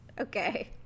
Okay